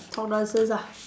talk nonsense ah